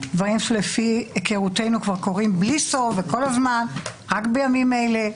והיום לפי היכרותנו כבר קורים בלי סוף וכל הזמן ואפילו רק בימים אלה.